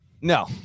No